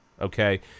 Okay